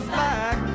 back